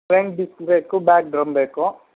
front disc break back drum break